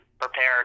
prepared